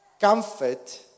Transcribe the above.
comfort